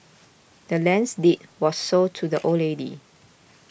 the land's deed was sold to the old lady